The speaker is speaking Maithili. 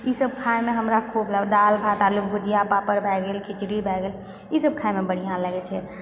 ई सब खायमे हमरा खूब लागल दाल भात आलूके भुजिया पापड़ भए गेल खिचड़ी भए गेल ई सब खायमे बढ़िआँ लागै छै